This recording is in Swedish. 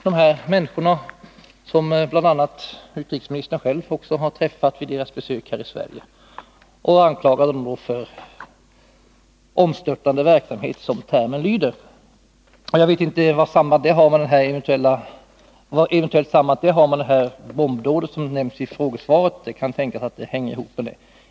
De här människorna, som bl.a. utrikesministern själv träffade vid deras besök i Sverige, greps och anklagades för omstörtande verksamhet — som termen lyder. Jag vet inte om det eventuellt kan ha ett samband med det bombdåd som berörs i svaret. Det kan tänkas att det hänger ihop.